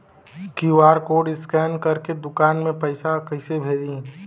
QR code scan करके दुकान में पैसा कइसे भेजी?